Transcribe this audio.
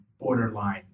borderline